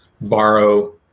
borrow